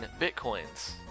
Bitcoins